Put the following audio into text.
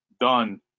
done